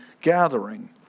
gathering